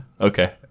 Okay